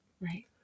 Right